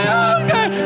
okay